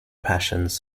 passions